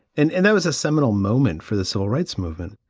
and and that was a seminal moment for the civil rights movement.